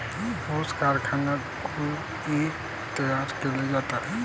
ऊस कारखान्यात गुळ ही तयार केले जातात